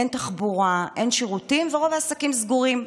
אין תחבורה, אין שירותים ורוב העסקים סגורים.